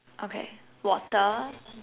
okay water